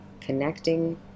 connecting